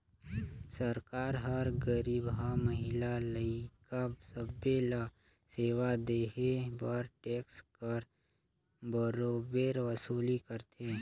सरकार हर गरीबहा, महिला, लइका सब्बे ल सेवा देहे बर टेक्स कर बरोबेर वसूली करथे